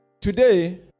Today